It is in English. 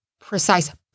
precise